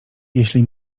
jeśli